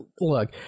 look